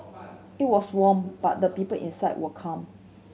it was warm but the people inside were calm